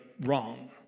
wrong